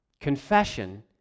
Confession